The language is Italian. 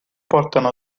portano